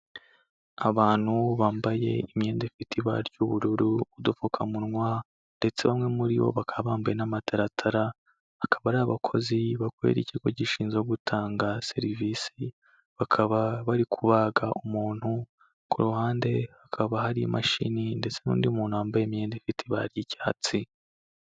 Abantu bambaye imyenda ifite ibara ry'ubururu, udupfukamunwa ndetse bamwe muri bo bakaba bambaye n'amataratara, akaba ari abakozi bakorera ikigo gishinzwe gutanga serivisi bakaba bari kubaga umuntu, ku ruhande hakaba hari imashini ndetse n'undi muntu wambaye imyenda ifite ibara ry'icyatsi.